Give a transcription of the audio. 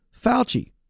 Fauci